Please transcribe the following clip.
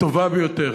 הטובה ביותר,